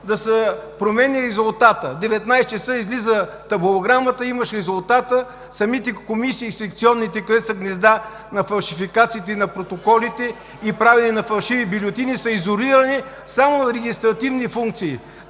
да се променя резултатът. В 19,00 ч. излиза табулограмата, имаш резултата, самите секционни комисии, където са гнезда на фалшификации на протоколите и правене на фалшиви бюлетини са изолирани, само с регистративни функции.